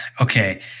okay